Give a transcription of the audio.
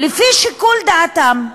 לפי שיקול דעתם.